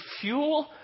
fuel